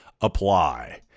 apply